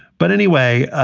but anyway, ah